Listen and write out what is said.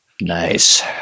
nice